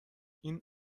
این